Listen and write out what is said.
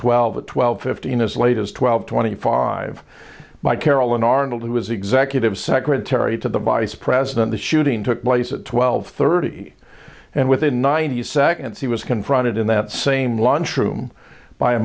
twelve or twelve fifteen as late as twelve twenty five by carolyn arnold who was executive secretary to the beis president the shooting took place at twelve thirty and within ninety seconds he was confronted in that same lunchroom by a